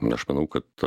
aš manau kad